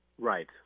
Right